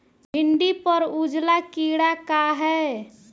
भिंडी पर उजला कीड़ा का है?